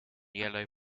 yellow